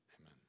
Amen